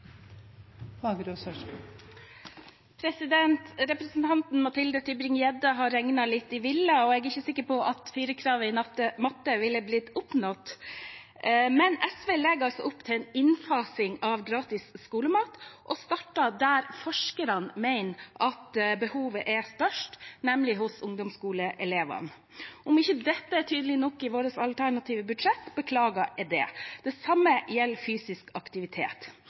Representanten Mathilde Tybring-Gjedde har regnet litt i vilden sky, og jeg er ikke sikker på at firerkravet i matte ville ha blitt oppnådd. SV legger opp til en innfasing av gratis skolemat og starter der forskerne mener at behovet er størst, nemlig hos ungdomsskoleelevene. Om ikke dette er tydelig nok i vårt alternative budsjett, beklager jeg det. Det samme gjelder fysisk aktivitet.